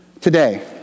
today